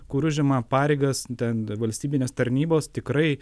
kur užima pareigas ten valstybinės tarnybos tikrai